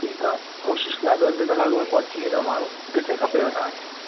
ठीकु आहे कोशिशि कयां थो अधु कलाक में पहुची वेंदा माण्हू किथे खपेव तव्हांखे